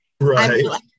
right